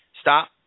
stop